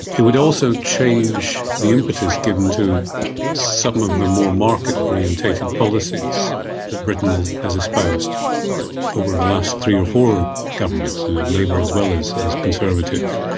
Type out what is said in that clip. it would also change the impetus given to some of the more market orientated policies that britain has has espoused over the last three or four governments, and and labour as well as as conservative.